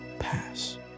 pass